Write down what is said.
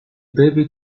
baby